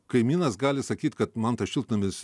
kaimynas gali sakyt kad man tas šiltnamis